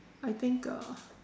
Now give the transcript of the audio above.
I think uh